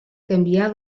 canviar